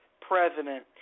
president